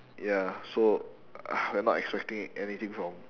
ya so we are not expecting anything from